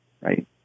right